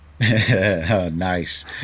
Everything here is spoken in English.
Nice